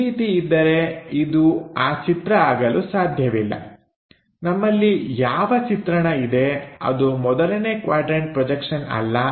ಈ ರೀತಿ ಇದ್ದರೆ ಇದು ಆ ಚಿತ್ರ ಆಗಲು ಸಾಧ್ಯವಿಲ್ಲ ನಮ್ಮಲ್ಲಿ ಯಾವ ಚಿತ್ರಣ ಇದೆ ಅದು ಮೊದಲನೇ ಕ್ವಾಡ್ರನ್ಟ ಪ್ರೊಜೆಕ್ಷನ್ ಅಲ್ಲ